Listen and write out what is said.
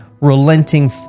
relenting